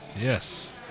Yes